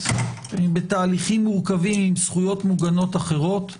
בתהליכים מורכבים עם זכויות מוגנות אחרות,